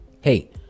Hey